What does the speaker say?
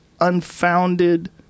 unfounded